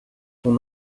son